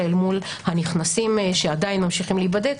מול הנכנסים שעדיין ממשיכים להיבדק.